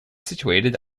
situated